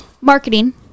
marketing